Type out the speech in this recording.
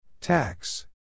Tax